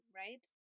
right